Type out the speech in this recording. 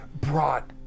brought